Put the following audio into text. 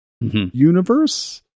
universe